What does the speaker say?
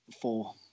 four